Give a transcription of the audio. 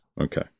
Okay